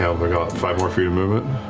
so but got five more feet of movement?